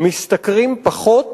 משתכרים פחות